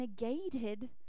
negated